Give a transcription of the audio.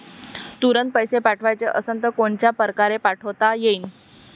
तुरंत पैसे पाठवाचे असन तर कोनच्या परकारे पाठोता येईन?